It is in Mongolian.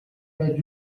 байж